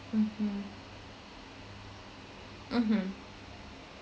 mmhmm mmhmm